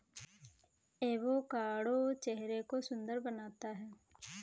avocado चेहरे को सुंदर बनाता है